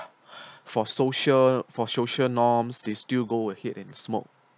for social for social norms they still go ahead and smoke